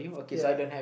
ya